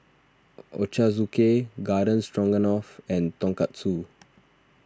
Ochazuke Garden Stroganoff and Tonkatsu